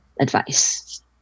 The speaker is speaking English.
advice